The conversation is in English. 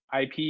IP